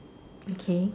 k